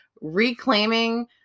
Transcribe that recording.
reclaiming